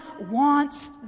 wants